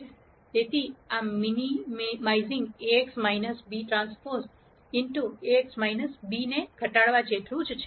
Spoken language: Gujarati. તેથી આ minimising Ax - bT Ax - b ને ઘટાડવા જેટલું જ છે